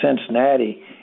Cincinnati